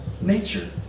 nature